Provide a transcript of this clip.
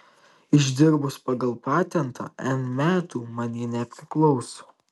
išdirbus pagal patentą n metų man ji nepriklauso